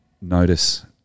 notice